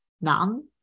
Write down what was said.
None